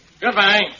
Goodbye